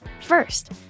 First